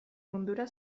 mundura